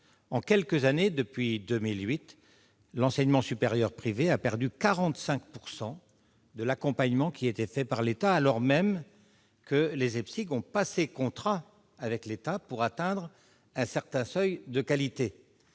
En quelques années, depuis 2008, ce dernier a perdu 45 % de l'accompagnement accordé par l'État, alors même que les EESPIG ont passé contrat avec l'État pour atteindre un certain seuil de qualité.